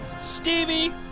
Stevie